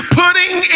putting